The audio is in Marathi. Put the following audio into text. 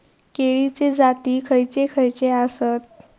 केळीचे जाती खयचे खयचे आसत?